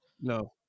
No